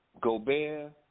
Gobert